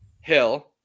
Hill